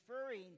referring